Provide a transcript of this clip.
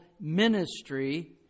ministry